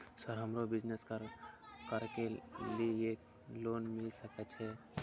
Sir हमरो business करके ली ये लोन मिल सके छे?